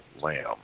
Lamb